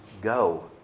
go